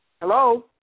Hello